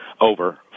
over